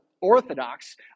orthodox